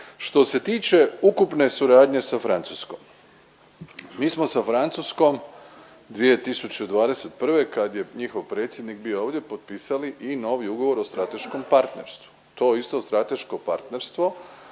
Što se tiče ukupne suradnje sa Francuskom, mi smo sa Francuskom 2021. kad je njihov predsjednik bio ovdje potpisali i novi ugovor o strateškom partnerstvu. To isto strateško partnerstvo